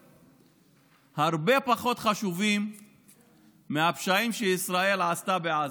הרבה פחות חשובים מהפשעים שישראל עשתה בעזה,